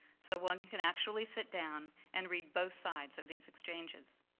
so one can actually sit down and read both sides of these exchanges.